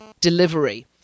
delivery